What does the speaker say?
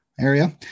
area